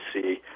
see